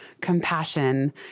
compassion